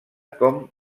com